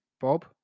Bob